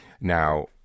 Now